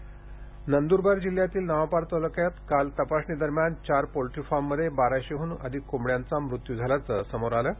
नवापूर कोंबड्या नंद्रबार जिल्ह्यातील नवापूर तालुक्यात काल तपासणीदरम्यान चार पोल्ट्री फार्म मध्ये बाराशे हन अधिक कोंबड्यांचा मृत्यू झाल्याचे समोर आलं आहे